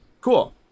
cool